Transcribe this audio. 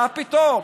מה פתאום?